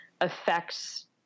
affects